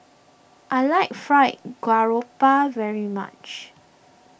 I like Fried Garoupa very much